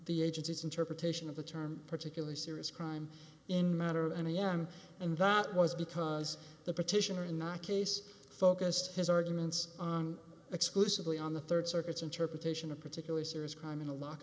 the agency's interpretation of the term particularly serious crime in matter and again and that was because the petitioner in not case focused his arguments on exclusively on the rd circuit's interpretation a particularly serious crime in a lo